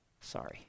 Sorry